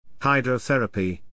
hydrotherapy